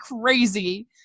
crazy